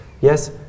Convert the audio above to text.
yes